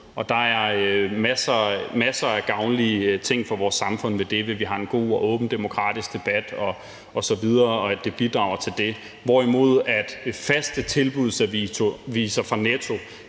Der er masser af gavnlige ting for vores samfund, ved at vi har en god og åben demokratisk debat osv., hvorimod de faste tilbudsaviser fra Netto